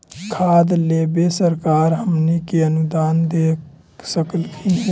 खाद लेबे सरकार हमनी के अनुदान दे सकखिन हे का?